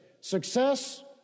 Success